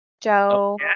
Joe